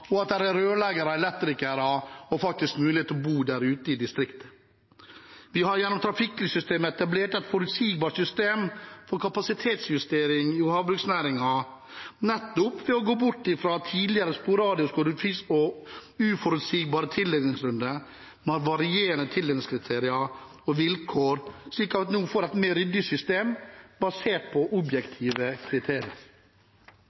at distriktskommuner der bl.a. Senterpartiet sitter i førersetet med ordførere, har fått tilført betydelige ressurser som sikrer barnehageplasser, skoleplasser og sykehjemsplasser, og at det er rørleggere, elektrikere og mulighet til faktisk å bo ute i distriktene. Gjennom trafikklyssystemet har vi etablert et forutsigbart system for kapasitetsjustering i havbruksnæringen ved nettopp å gå bort fra det som tidligere var sporadiske og uforutsigbare tildelingsrunder med varierende tildelingskriterier og vilkår, slik at